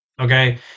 Okay